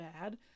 bad